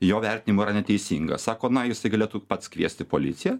jo vertinimu yra neteisinga sako na jisai galėtų pats kviesti policiją